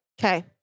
Okay